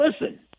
listen